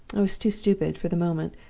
i was too stupid, for the moment,